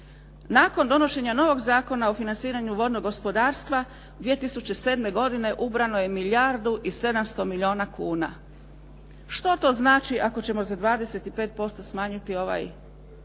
Nakon donošenja novog Zakona o financiranju vodnog gospodarstva 2007. godine ubrano je milijardu i 700 milijuna kuna. Što to znači ako ćemo za 25% smanjiti ovaj samo